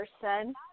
person